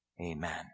Amen